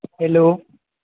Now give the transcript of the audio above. hello